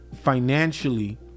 financially